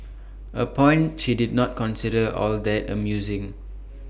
A point she did not consider all that amusing